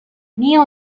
neo